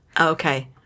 Okay